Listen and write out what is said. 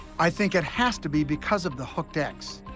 i think it has to be because of the hooked x,